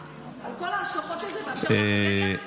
על כל ההשלכות של זה באשר לאקדמיה,